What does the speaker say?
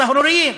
סהרוריים.